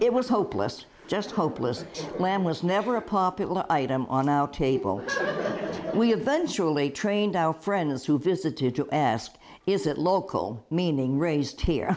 it was hopeless just hopeless lamb was never a popular item on our table we eventually trained our friends who visited to ask is it local meaning raised here